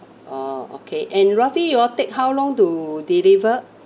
orh okay and roughly you all take how long to deliver